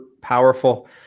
powerful